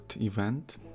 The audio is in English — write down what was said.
event